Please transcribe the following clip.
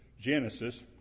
Genesis